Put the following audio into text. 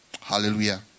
Hallelujah